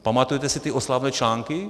Pamatujete si ty oslavné články?